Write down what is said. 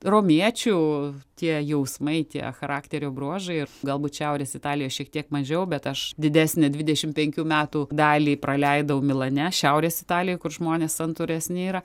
romiečių tie jausmai tie charakterio bruožai ir galbūt šiaurės italija šiek tiek mažiau bet aš didesnę dvidešimt penkių metų dalį praleidau milane šiaurės italijoj kur žmonės santūresni yra